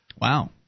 Wow